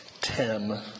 Tim